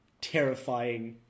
Terrifying